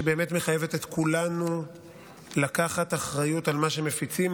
זה באמת מחייבת את כולנו לקחת אחריות על מה שמפיצים,